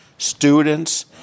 students